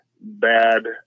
bad